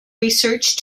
research